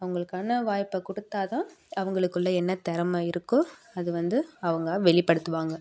அவங்களுக்கான வாய்ப்பை கொடுத்தா தான் அவங்களுக்குள்ள என்ன திறமை இருக்கோ அது வந்து அவங்க வெளிப்படுத்துவாங்க